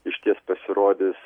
išties pasirodys